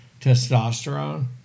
testosterone